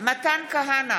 מתן כהנא,